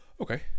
okay